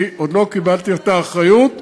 אני עוד לא קיבלתי את האחריות.